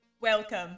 Welcome